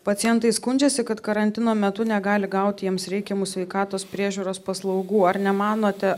pacientai skundžiasi kad karantino metu negali gauti jiems reikiamų sveikatos priežiūros paslaugų ar nemanote